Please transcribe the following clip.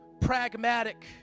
pragmatic